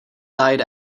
died